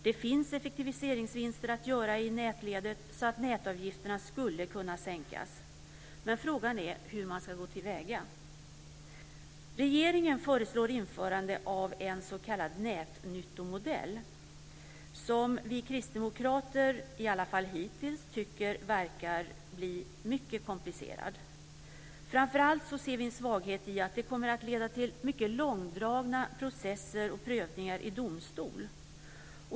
Det finns effektiviseringsvinster att göra i nätledet så att nätavgifterna skulle kunna sänkas. Men frågan är hur man ska gå till väga. Regeringen föreslår införande av en s.k. nätnyttomodell som vi kristdemokrater i alla fall hittills tycker verkar bli mycket komplicerad. Framför allt ser vi en svaghet i att det kommer att leda till mycket långdragna processer och prövningar i domstol.